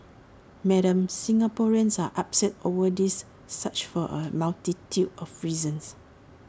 Madam Singaporeans are upset over this saga for A multitude of reasons